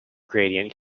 gradient